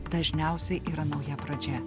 dažniausiai yra nauja pradžia